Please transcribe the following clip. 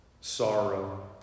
sorrow